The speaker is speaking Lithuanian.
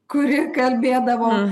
kuri kalbėdavo